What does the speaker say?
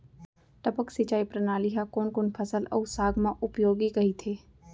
टपक सिंचाई प्रणाली ह कोन कोन फसल अऊ साग म उपयोगी कहिथे?